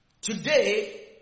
today